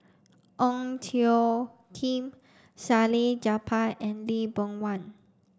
Ong Tjoe Kim Salleh Japar and Lee Boon Wang